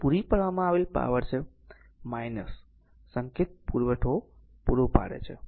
તેથી પૂરી પાડવામાં આવેલ પાવર છે સંકેત પુરવઠો પૂરો પાડે છે